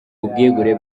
ubwegure